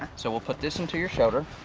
so we'll put this into your shoulder